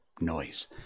noise